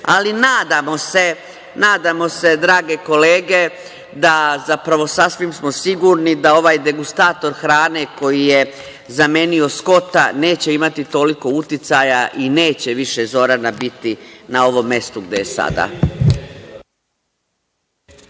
to rekli. Ali, nadamo se, drage kolege, zapravo, sasvim smo sigurni, da ovaj degustator hrane koji je zamenio Skota neće imati toliko uticaja i neće više Zorana biti na ovom mestu gde je sada.